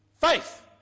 Faith